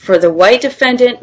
for the white defendant